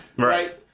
right